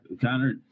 Connor